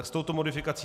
S touto modifikací.